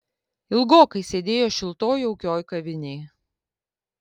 ilgokai sėdėjo šiltoj jaukioj kavinėj